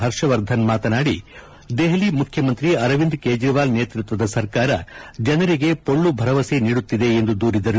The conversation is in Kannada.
ಹರ್ಷವರ್ಧನ್ ಮಾತನಾಡಿ ದೆಹಲಿ ಮುಖ್ಯಮಂತ್ರಿ ಅರವಿಂದ್ ಕ್ರೇಜವಾಲ್ ನೇತೃತ್ವದ ಸರ್ಕಾರ ಜನರಿಗೆ ಪೊಳ್ಲು ಭರವಸೆ ನೀಡುತ್ತಿವೆ ಎಂದು ದೂರಿದರು